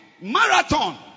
marathon